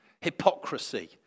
hypocrisy